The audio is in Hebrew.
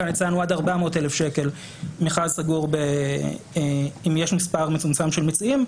כאן הצענו עד 400,000 שקל מכרז סגור אם יש מספר מצומצם של מציעים,